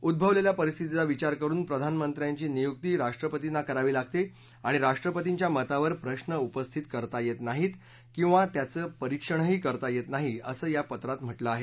उद्ववलेल्या परिस्थितीचा विचार करुन प्रधानमंत्र्याची नियुक्ती राष्ट्रपतींना करावी लागते आणि राष्ट्रपतींच्या मतावर प्रश्न उपस्थित करता येत नाहीत किंवा त्याचं परीक्षणही करता येत नाही असं या पत्रात म्हटलं आहे